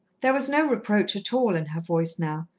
there was no reproach at all in her voice now,